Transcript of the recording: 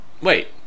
Wait